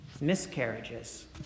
miscarriages